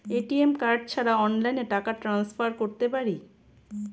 ATM card ছাড়া অনলাইনে টাকা টান্সফার করতে পারি?